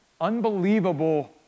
unbelievable